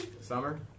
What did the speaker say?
Summer